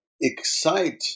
excite